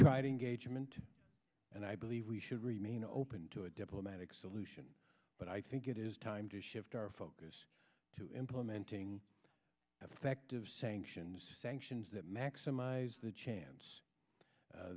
tried engagement and i believe we should remain open to a diplomatic solution but i think it is time to shift our focus to implementing effective sanctions sanctions that maximize the chance